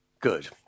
Good